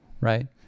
Right